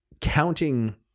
counting